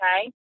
okay